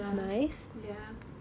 ya ya